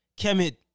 Kemet